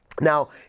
Now